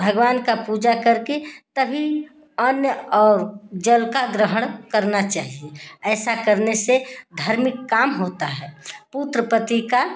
भगवान का पूजा करके तभी अन्न और जल का ग्रहण करना चाहिए ऐसा करने से घर में काम होता है पुत्र पति का